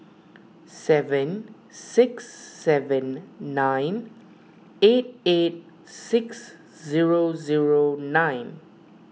seven six seven nine eight eight six zero zero nine